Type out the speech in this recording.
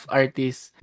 artists